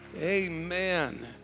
Amen